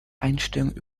einstellung